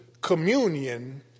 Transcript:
communion